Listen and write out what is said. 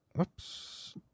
Oops